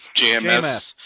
GMS